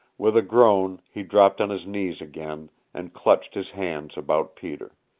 with a groan he dropped on his knees again, and clutched his hands about peter.